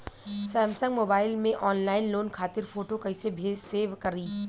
Samsung mobile में online loan खातिर photo कैसे सेभ करीं?